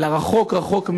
אלא רחוק רחוק מהעין,